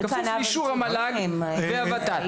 ובכפוף לאישור המל"ג והוות"ת...".